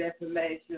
information